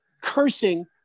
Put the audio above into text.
cursing